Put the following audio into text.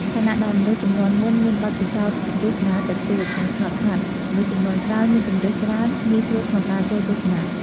ខណៈដែលមនុស្សជំនាន់មុនមានបទពិសោធន៍ទស្សនាតិចតួច និងស្ងប់ស្ងាត់ មនុស្សជំនាន់ក្រោយមានជម្រើសច្រើន ងាយស្រួលក្នុងការចូលទស្សនា ។